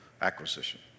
acquisition